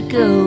go